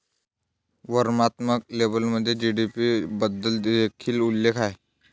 वर्णनात्मक लेबलमध्ये जी.डी.पी बद्दल देखील उल्लेख आहे